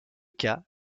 cas